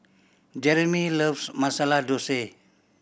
Jereme loves Masala Dosa